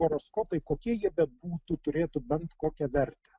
horoskopai kokie jie bebūtų turėtų bent kokią vertę